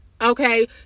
Okay